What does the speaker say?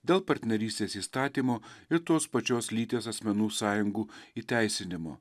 dėl partnerystės įstatymo ir tos pačios lyties asmenų sąjungų įteisinimo